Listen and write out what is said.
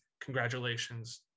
congratulations